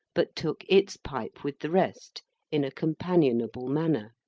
but took its pipe with the rest in a companionable manner.